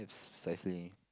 precisely